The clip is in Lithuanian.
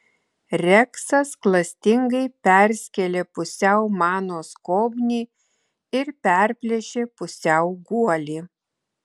reksas klastingai perskėlė pusiau mano skobnį ir perplėšė pusiau guolį